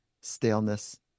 staleness